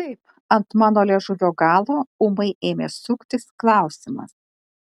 taip ant mano liežuvio galo ūmai ėmė suktis klausimas